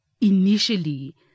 initially